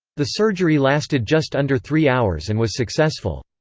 the surgery lasted just under three hours and was successful.